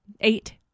eight